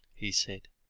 he said.